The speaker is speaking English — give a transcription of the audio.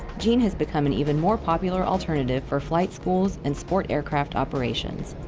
jean has become an even more popular alternative for flight schools and sport aircraft operations.